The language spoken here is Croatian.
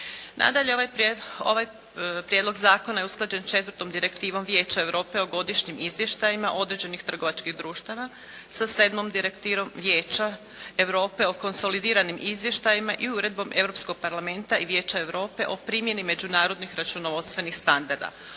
Nadalje ovaj Prijedlog zakona je usklađen 4. direktivom Vijeća Europe o godišnjim izvještajima određenih trgovačkih društava sa 7. direktivom Vijeća Europe o konsolidiranim izvještajima i uredbom Europskog Parlamenta i Vijeća Europe o primjeni međunarodnih računovodstvenih standarda